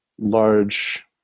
Large